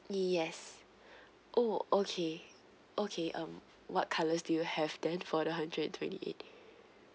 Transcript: yes oh okay okay um what colour do you have then for the hundred and twenty eight